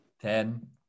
Ten